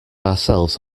ourselves